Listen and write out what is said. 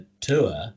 tour